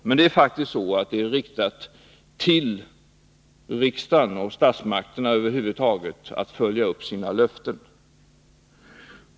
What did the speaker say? Men detta förslag är faktiskt riktat till riksdagen och statsmakterna över huvud taget, för att de skall följa upp sina löften.